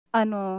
ano